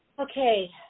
okay